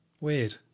Weird